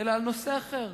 אלא על נושא אחר,